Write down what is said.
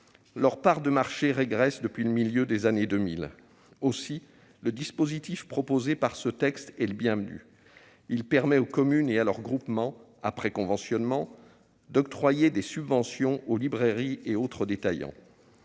Leur part de marché régresse depuis le milieu des années 2000. Aussi, le dispositif proposé par ce texte est, encore une fois, bienvenu : il permet aux communes et à leurs groupements, après conventionnement, d'octroyer des subventions aux librairies et autres détaillants.